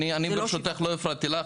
ברשותך, לא הפרעתי לך.